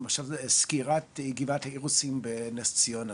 עכשיו זה סגירת גבעת האירוסים בנס ציונה